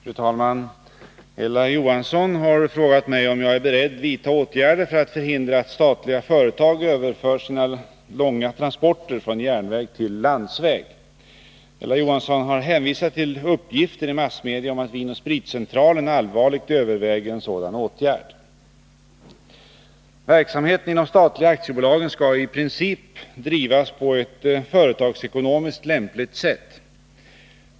Fru talman! Ella Johnsson har frågat mig om jag är beredd vidta åtgärder för att förhindra att statliga företag överför sina långa transporter från järnväg till landsväg. Ella Johnsson har hänvisat till uppgifter i massmedia om att Vin & Spritcentralen allvarligt överväger en sådan åtgärd. Verksamheten i de statliga aktiebolagen skall i princip drivas på ett företagsekonomiskt lämpligt sätt.